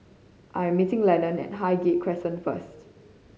I am meeting Lennon at Highgate Crescent first